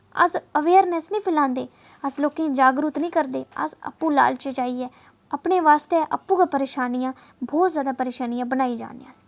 अस अवेयरनैस निं फलांदे अस लोके गी जागरुक निं करदे अस आपुं लालच च आईयै अपने वास्तै आपुं परेशानियां बोह्त जैदा परेशानियां बनाई जा ने अस